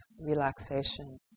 relaxation